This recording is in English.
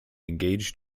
engaged